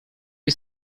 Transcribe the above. jej